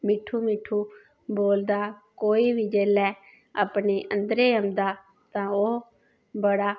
मिट्टू मिट्टू बोलदा कोई बी जिसलै अपने अंदरा गी जंदा तां ओह् बड़ा